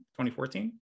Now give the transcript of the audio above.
2014